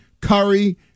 Curry